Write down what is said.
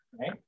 right